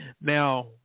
Now